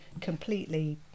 completely